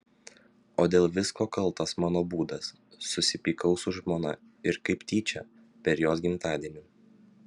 o dėl visko kaltas mano būdas susipykau su žmona ir kaip tyčia per jos gimtadienį